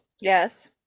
Yes